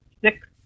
six